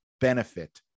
benefit